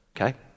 Okay